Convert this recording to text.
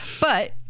But-